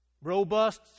robust